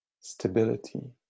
stability